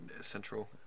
Central